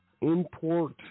Import